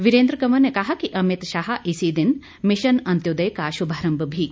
वीरेंद्र कंवर ने कहा कि अमित शाह इसी दिन मिशन अंतोदय का शुभारंभ भी करेंगे